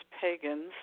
Pagans